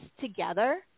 together